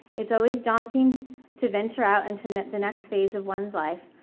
it's always daunting to venture out and to knit the next phase of one's life,